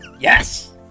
yes